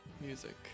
music